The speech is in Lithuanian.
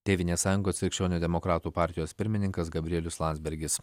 tėvynės sąjungos krikščionių demokratų partijos pirmininkas gabrielius landsbergis